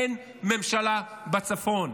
אין ממשלה בצפון,